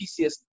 PCS